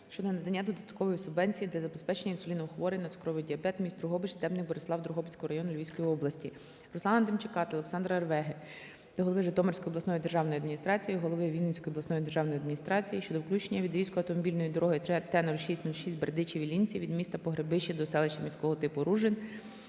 щодо надання додаткової субвенції для забезпечення інсуліном хворих на цукровий діабет міст Дрогобич, Стебник, Борислав, Дрогобицького району Львівської області. Руслана Демчака та Олександра Ревеги до голови Житомирської обласної державної адміністрації, голови Вінницької обласної державної адміністрації щодо включення відрізку автомобільної дороги Т-06-06 "Бердичів - Іллінці" від міста Погребище до селища міського типу Ружин